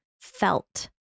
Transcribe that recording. felt